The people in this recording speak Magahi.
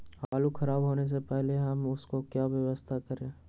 आलू खराब होने से पहले हम उसको क्या व्यवस्था करें?